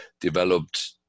developed